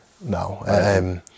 no